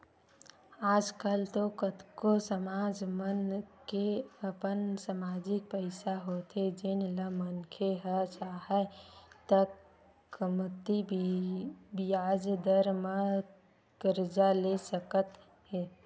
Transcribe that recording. आज कल तो कतको समाज मन के अपन समाजिक पइसा होथे जेन ल मनखे ह चाहय त कमती बियाज दर म करजा ले सकत हे